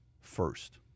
first